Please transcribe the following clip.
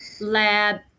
lab